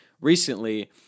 recently